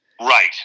Right